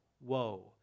woe